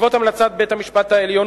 בעקבות המלצת בית-המשפט העליון,